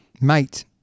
Mate